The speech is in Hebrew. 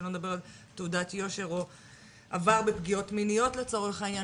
שלא לדבר על תעודת יושר או עבר בפגיעות מיניות לצורך העניין,